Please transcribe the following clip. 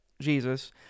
Jesus